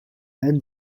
and